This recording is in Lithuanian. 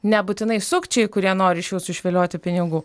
nebūtinai sukčiai kurie nori iš jūsų išvilioti pinigų